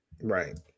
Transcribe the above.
Right